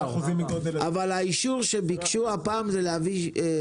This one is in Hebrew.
אבל האישור שהם ביקשו הפעם זה להביא שני מיליארד.